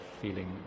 feeling